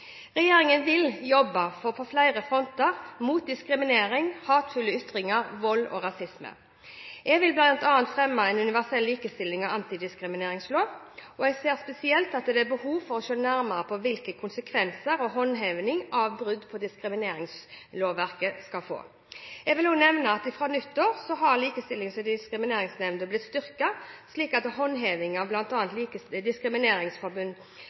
Regjeringen vil jobbe på flere fronter mot diskriminering, hatefulle ytringer, vold og rasisme. Jeg vil bl.a. fremme en universell likestillings- og antidiskrimineringslov. Jeg ser spesielt at det er behov for å se nærmere på hvilke konsekvenser – altså håndhevingen – brudd på diskrimineringslovverket skal få. Jeg vil også nevne at fra nyttår har Likestillings- og diskrimineringsnemnda blitt styrket, slik at håndhevingen av